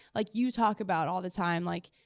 like you talk about all the time, like,